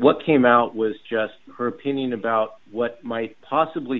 what came out was just her opinion about what might possibly